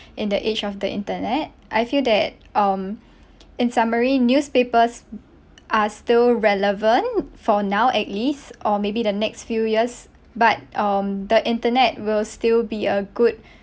in the age of the internet I feel that um in summary newspapers are still relevant for now at least or maybe the next few years but um the internet will still be a good